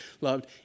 loved